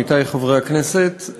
עמיתי חברי הכנסת,